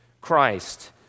Christ